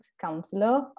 counselor